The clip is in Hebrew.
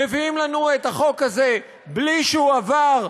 מביאים לנו את החוק הזה בלי שהוא עבר,